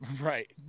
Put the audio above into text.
Right